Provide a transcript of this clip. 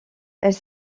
elle